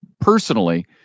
personally